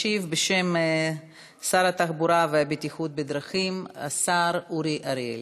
ישיב בשם שר התחבורה והבטיחות בדרכים השר אורי אריאל.